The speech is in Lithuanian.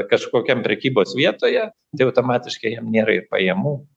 kažkokiam prekybos vietoje tai automatiškai jam nėra ir pajamų